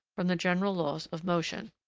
from the general laws of motion.